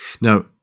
now